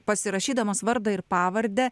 pasirašydamas vardą ir pavardę